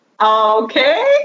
Okay